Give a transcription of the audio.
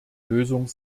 lösung